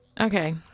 Okay